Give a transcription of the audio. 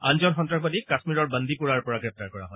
আন জন সন্ত্ৰাসবাদীক কাশ্মীৰৰ বান্দীপুৰাৰ পৰা গ্ৰেপ্তাৰ কৰা হয়